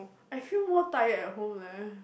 I feel more tired at home leh